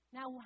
Now